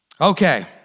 Okay